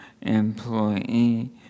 employee